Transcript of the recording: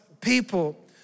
people